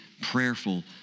prayerful